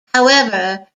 however